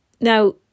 Now